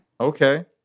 Okay